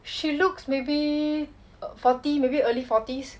she looks maybe forty maybe early forties